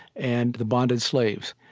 and the bonded slaves.